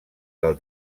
del